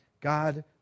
God